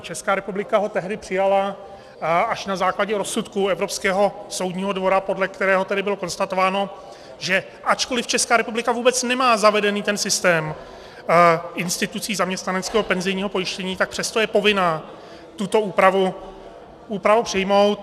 Česká republika ho tehdy přijala až na základě rozsudku Evropského soudního dvora, podle kterého tedy bylo konstatováno, že ačkoliv Česká republika vůbec nemá systém institucí zaměstnaneckého penzijního pojištění zavedený, tak přesto je povinna tuto úpravu přijmout.